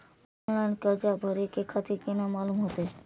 Online कर्जा भरे के तारीख केना मालूम होते?